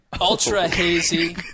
ultra-hazy